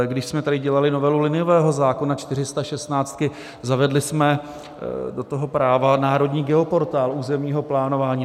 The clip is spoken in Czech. Když jsme tady dělali novelu liniového zákona, čtyřistašestnáctky, zavedli jsme do toho práva Národní geoportál územního plánování.